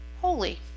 holy